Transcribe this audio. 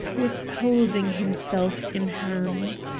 was holding himself in hand.